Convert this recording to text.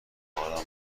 حالا